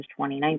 2019